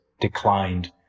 declined